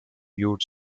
viewed